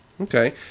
Okay